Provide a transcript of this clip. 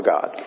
God